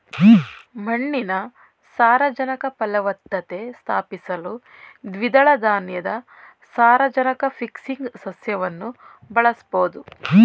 ಮಣ್ಣಿನ ಸಾರಜನಕ ಫಲವತ್ತತೆ ಸ್ಥಾಪಿಸಲು ದ್ವಿದಳ ಧಾನ್ಯದ ಸಾರಜನಕ ಫಿಕ್ಸಿಂಗ್ ಸಸ್ಯವನ್ನು ಬಳಸ್ಬೋದು